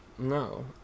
No